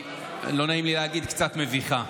לא נעים לי להגיד, היא קצת מביכה.